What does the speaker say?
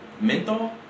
menthol